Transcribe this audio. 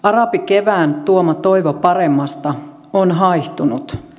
arabikevään tuoma toivo paremmasta on haihtunut